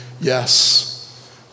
yes